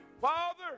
Father